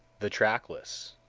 the trackless?